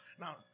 Now